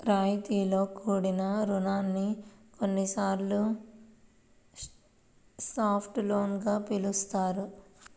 రాయితీతో కూడిన రుణాన్ని కొన్నిసార్లు సాఫ్ట్ లోన్ గా పిలుస్తారు